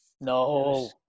No